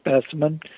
specimen